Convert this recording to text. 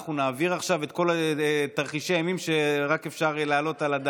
אנחנו נעביר עכשיו את כל תרחישי האימים שרק אפשר להעלות על הדעת.